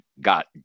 got